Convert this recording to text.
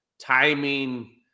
timing